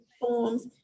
forms